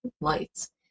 lights